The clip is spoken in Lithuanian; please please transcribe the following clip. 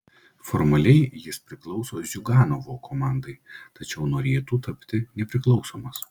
formaliai jis priklauso ziuganovo komandai tačiau norėtų tapti nepriklausomas